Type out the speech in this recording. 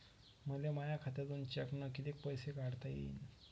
मले माया खात्यातून चेकनं कितीक पैसे काढता येईन?